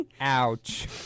Ouch